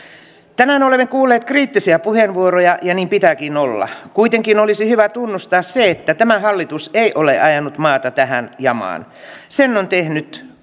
tänään olemme kuulleet kriittisiä puheenvuoroja ja niin pitääkin olla kuitenkin olisi hyvä tunnustaa se että tämä hallitus ei ole ajanut maata tähän jamaan sen on tehnyt